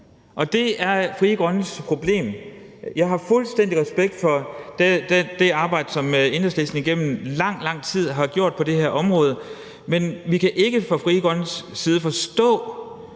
Og det er Frie Grønnes problem. Jeg har fuldstændig respekt for det arbejde, som Enhedslisten igennem lang, lang tid har gjort på det her område, men vi kan ikke fra Frie Grønnes side forstå,